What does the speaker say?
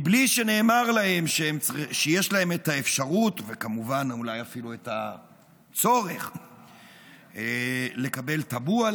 בלי שנאמר להם שיש להם אפשרות וכמובן אולי אפילו צורך לקבל טאבו על